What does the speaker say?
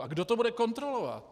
A kdo to bude kontrolovat?